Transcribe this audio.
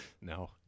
No